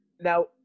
Now